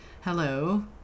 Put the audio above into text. Hello